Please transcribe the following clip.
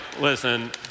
listen